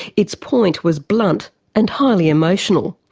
its point was blunt and highly emotional.